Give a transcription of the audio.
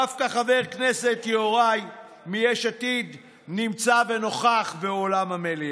דווקא חבר כנסת יוראי מיש עתיד נמצא ונוכח באולם המליאה.